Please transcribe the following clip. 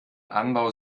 anbau